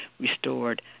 restored